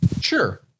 Sure